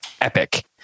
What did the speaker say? epic